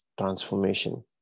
transformation